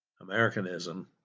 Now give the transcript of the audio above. Americanism